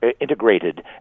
integrated